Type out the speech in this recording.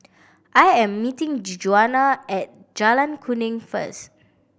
I am meeting Djuana at Jalan Kuning first